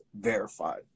verified